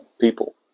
people